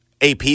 AP